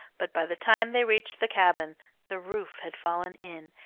but by the time they reached the cabin the roof had fallen in,